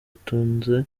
utunze